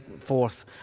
fourth